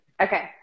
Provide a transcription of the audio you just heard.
Okay